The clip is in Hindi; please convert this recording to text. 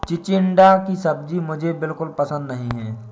चिचिण्डा की सब्जी मुझे बिल्कुल पसंद नहीं है